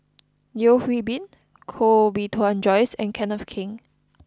Yeo Hwee Bin Koh Bee Tuan Joyce and Kenneth Keng